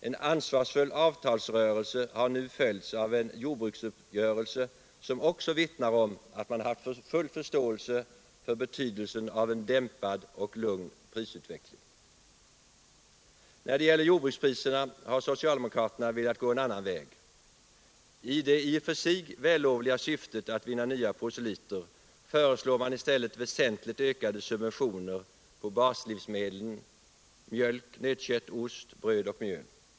En ansvarsfull avtalsrörelse har nu följts av en jordbruksuppgörelse som också vittnar om att man haft full förståelse för betydelsen av en dämpad och lugn prisutveckling. När det gäller jordbrukspriserna har socialdemokraterna velat gå en annan väg. I det i och för sig vällovliga syftet att vinna nya proselyter föreslår man i stället väsentligt ökade subventioner på baslivsmedlen mjölk, nötkött, ost, bröd och mjöl.